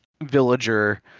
villager